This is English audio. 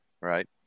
Right